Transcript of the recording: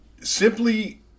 simply